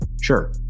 Sure